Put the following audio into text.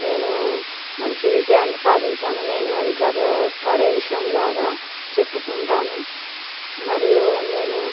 నేను మంచి విజయాన్ని సాధించాను నేను అది గర్వపడే విషయంలాగా చెప్పుకుంటాను మరియు నేను